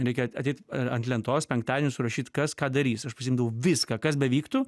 reikia ateit ant lentos penktadienį surašyt kas ką darys aš pasiimdavau viską kas bevyktų